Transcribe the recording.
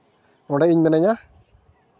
ᱚᱸᱰᱮ ᱤᱧ ᱢᱤᱱᱟᱹᱧᱟ